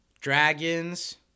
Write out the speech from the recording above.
dragons